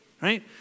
right